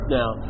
now